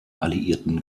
alliierten